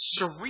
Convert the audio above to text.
surreal